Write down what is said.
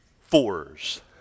fours